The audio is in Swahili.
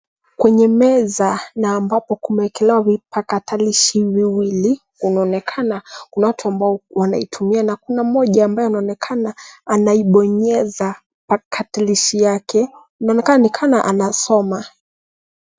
KWenye meza na ambapo kumewekelewa vipakatalishi viwili unaonekana kuna watu ambao wanaitumia na kuna mmoja ambao anaonekana anaibonyeza pakatalishi yake inaonekana nikama anasoma.